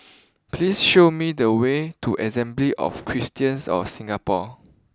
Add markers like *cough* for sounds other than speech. *noise* please show me the way to Assembly of Christians of Singapore